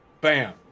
Bam